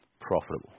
Profitable